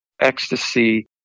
ecstasy